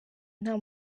nta